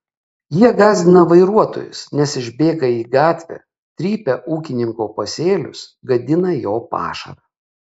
jie gąsdina vairuotojus nes išbėga į gatvę trypia ūkininko pasėlius gadina jo pašarą